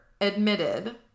admitted